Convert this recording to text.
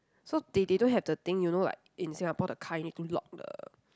so they they don't have the thing you know like in Singapore the car you need to lock the